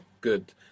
Good